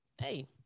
hey